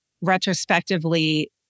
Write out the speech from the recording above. retrospectively